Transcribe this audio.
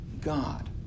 God